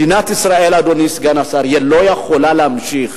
מדינת ישראל, אדוני סגן השר, לא יכולה להמשיך